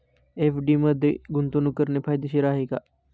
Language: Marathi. एफ.डी मध्ये गुंतवणूक करणे फायदेशीर आहे का?